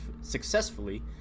successfully